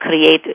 create